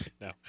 No